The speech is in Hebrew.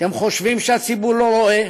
אתם חושבים שהציבור לא רואה